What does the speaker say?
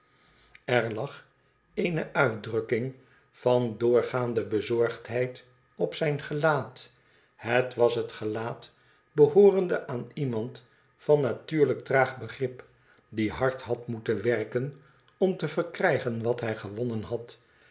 r lag eene uitdrukking van doorgaande bezorgheid op zijn gelaat het was het gelaat behoorende aan iemand van natuurlijk traag begrip die hard had moeten werken om te verkrijgen wat hij gewonnen had